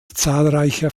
zahlreicher